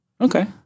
Okay